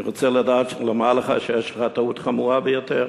אני רוצה לומר לך שיש לך טעות חמורה ביותר.